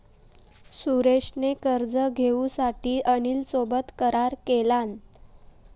सुरेश ने कर्ज घेऊसाठी अनिल सोबत करार केलान